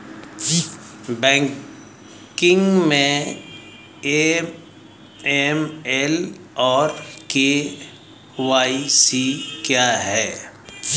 Banking में AML और KYC क्या हैं?